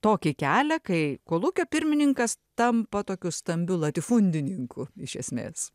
tokį kelią kai kolūkio pirmininkas tampa tokiu stambiu latifundininku iš esmės